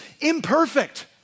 imperfect